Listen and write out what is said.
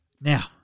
Now